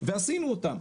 ועשינו אותם,